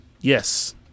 Yes